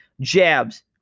Jabs